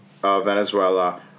Venezuela